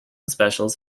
specials